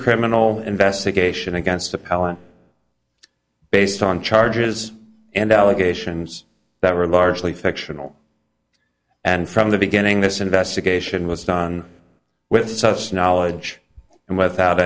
criminal investigation against the power based on charges and allegations that were largely fictional and from the beginning this investigation was done with such knowledge and without